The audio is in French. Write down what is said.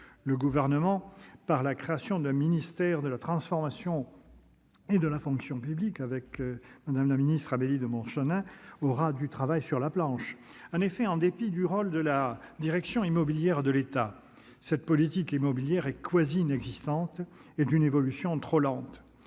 Le Gouvernement, par la création d'un ministère de la transformation et de la fonction publiques, avec, à sa tête, Amélie de Montchalin, aura du pain sur la planche. En effet, en dépit du rôle de la direction de l'immobilier de l'État, cette politique immobilière est quasi inexistante et d'une évolution trop lente.